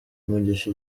umugisha